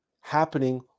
happening